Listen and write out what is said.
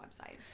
website